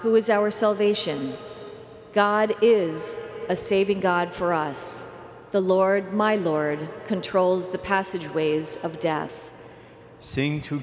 who is our salvation god is a saving god for us the lord my lord controls the passageways of death sing to